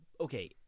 Okay